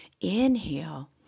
inhale